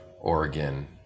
Oregon